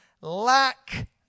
lack